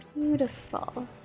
Beautiful